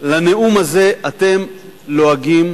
לנאום הזה, אתם לועגים